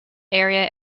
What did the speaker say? area